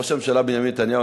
ראש הממשלה בנימין נתניהו,